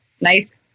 nice